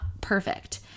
perfect